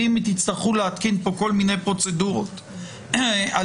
אם תצטרכו להתקין כאן כל מיני פרוצדורות על